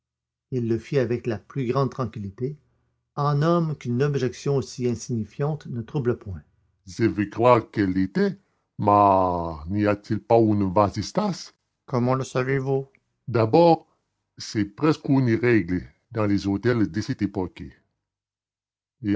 il le fit avec la plus grande tranquillité en homme qu'une objection aussi insignifiante ne trouble point je veux croire qu'elle l'était mais n'y a-t-il pas un vasistas comment le savez-vous d'abord c'est presque une règle dans les hôtels de cette époque